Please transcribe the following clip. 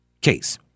case